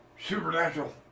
supernatural